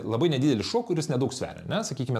labai nedidelis šuo kuris nedaug sveria ane sakykime